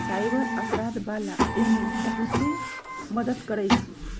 cyber अपराध वाला एमे बहुते मदद करई छई